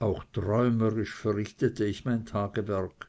auch träumerisch verrichtete ich mein tagewerk